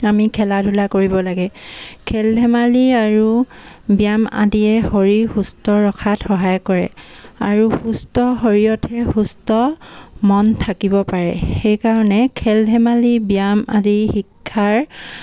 আমি খেলা ধূলা কৰিব লাগে খেল ধেমালি আৰু ব্যায়াম আদিয়ে শৰীৰ সুস্থ ৰখাত সহায় কৰে আৰু সুস্থ শৰীৰতহে সুস্থ মন থাকিব পাৰে সেইকাৰণে খেল ধেমালি ব্যায়াম আদি শিক্ষাৰ